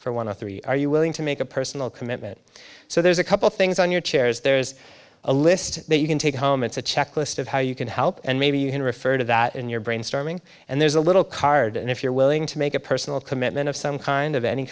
for one or three are you willing to make a personal commitment so there's a couple things on your chairs there's a list that you can take home it's a checklist of how you can help and maybe you can refer to that in your brainstorming and there's a little card and if you're willing to make a personal commitment of some kind of any